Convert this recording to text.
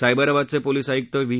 सायबराबादचे police आयुक V